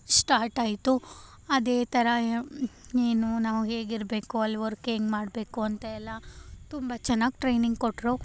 ಸ್ಟಾರ್ಟಾಯಿತು ಅದೇ ಥರ ಏನು ನಾವು ಹೇಗಿರಬೇಕು ಅಲ್ಲಿ ವರ್ಕ್ ಹೆಂಗ್ ಮಾಡಬೇಕು ಅಂತ ಎಲ್ಲ ತುಂಬ ಚೆನ್ನಾಗಿ ಟ್ರೈನಿಂಗ್ ಕೊಟ್ಟರು